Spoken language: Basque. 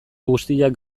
guztiak